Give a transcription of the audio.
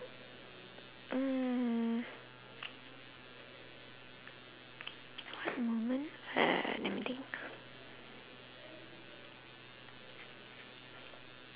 mm mm uh let me think